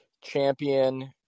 champion